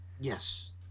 Yes